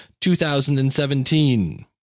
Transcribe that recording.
2017